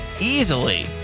easily